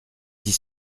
dix